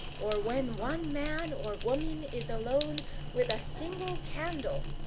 or when one man or woman is alone with a single candle,